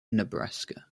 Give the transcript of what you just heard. nebraska